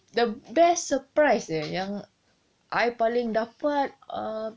the best surprise eh yang I paling dapat uh